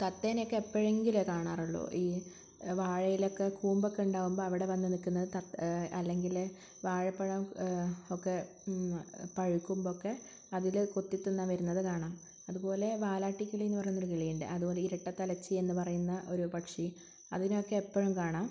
തത്തേനേ ഒക്കെ എപ്പോഴെങ്കിലുമാണ് കാണാറുള്ളു ഈ വാഴയിലൊക്കെ കൂമ്പോക്കെ ഉണ്ടാവുമ്പോൾ അവിടെ വന്ന് നിൽക്കുന്നത് തത്ത് അല്ലെങ്കിൽ വാഴപ്പഴം ഒക്കെ പഴുക്കുമ്പോഴൊക്കെ അതിൽ കൊത്തി തിന്നാൻ വരുന്നത് കാണാം അതുപോലേ വാലാട്ടിക്കിളീന്ന് പറയുന്ന ഒരു കിളിയുണ്ട് അതുപോലേ ഇരട്ടതലച്ചീന്ന് പറയുന്ന ഒരു പക്ഷി അതിനെയൊക്കെ എപ്പോഴും കാണാം